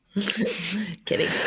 Kidding